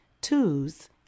twos